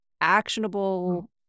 actionable